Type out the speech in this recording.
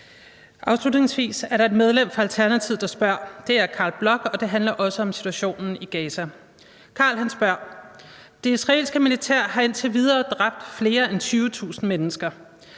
Afslutningsvis er der et medlem fra Alternativet, og det er Carl Bloch, der spørger, og det handler også om situationen i Gaza. Carl spørger: Det israelske militær har indtil videre dræbt flere end 20.000 mennesker.